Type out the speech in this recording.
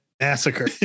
Massacre